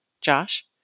Josh